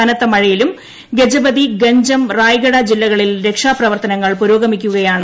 കനത്ത മഴയിലും ഗജപതി ഗഞ്ചം റായ്ഗഡ ജില്ലകളിൽ രക്ഷാപ്രവർത്തനങ്ങൾ പുരോഗമിക്കുകയാണ്